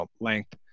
length